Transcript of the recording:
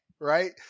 Right